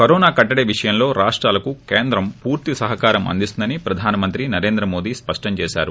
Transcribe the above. corona కట్లడి విషయంలో రాష్లాలకు కేంద్రం పూర్తి సహకారం అందిస్తుందని ప్రధాన మంత్రి నరేంద్ర మోదీ స్పష్టం చేశారు